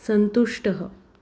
सन्तुष्टः